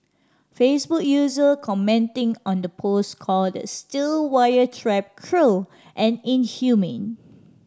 Facebook user commenting on the post called the steel wire trap cruel and inhumane